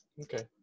Okay